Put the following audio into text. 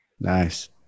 Nice